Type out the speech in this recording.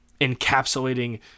encapsulating